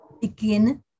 Begin